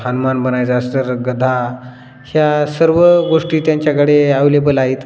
हनुमान बनायचं अस तर गदा ह्या सर्व गोष्टी त्यांच्याकडे ॲवेलेबल आहेत